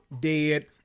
dead